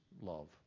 love